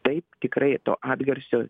taip tikrai to atgarsio